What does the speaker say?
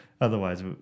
otherwise